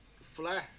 fly